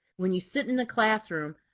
when you sit in the classroom,